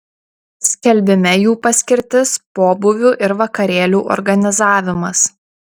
skelbime jų paskirtis pobūvių ir vakarėlių organizavimas